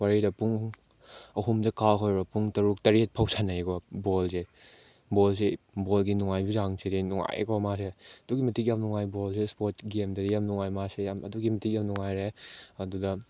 ꯃꯔꯤꯗ ꯄꯨꯡ ꯑꯍꯨꯝꯗꯒꯤ ꯀꯥꯎꯕ ꯑꯣꯏꯔꯣ ꯄꯨꯡ ꯇꯔꯨꯛ ꯇꯔꯦꯠ ꯐꯥꯎ ꯁꯥꯟꯅꯩꯀꯣ ꯕꯣꯜꯁꯦ ꯕꯣꯜꯁꯦ ꯕꯣꯜꯒꯤ ꯅꯨꯡꯉꯥꯏꯕꯒꯤ ꯆꯥꯡꯁꯤꯗꯤ ꯅꯨꯡꯉꯥꯏꯀꯣ ꯃꯥꯁꯦ ꯑꯗꯨꯛꯛꯤ ꯃꯇꯤꯛ ꯌꯥꯝ ꯅꯨꯡꯉꯥꯏ ꯕꯣꯜꯁꯦ ꯏꯁꯄꯣꯔꯠ ꯒꯦꯝꯗꯗꯤ ꯌꯥꯝ ꯅꯨꯡꯉꯥꯏ ꯃꯥꯁꯦ ꯌꯥꯝ ꯑꯗꯨꯛꯀꯤ ꯃꯇꯤꯛ ꯌꯥꯝ ꯅꯨꯡꯉꯥꯏꯔꯦ ꯑꯗꯨꯗ